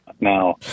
now